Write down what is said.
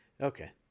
Okay